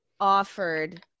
offered